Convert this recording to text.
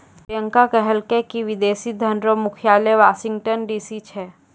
प्रियंका कहलकै की विदेशी धन रो मुख्यालय वाशिंगटन डी.सी छै